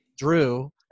Drew